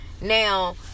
Now